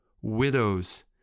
widows